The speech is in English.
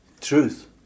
Truth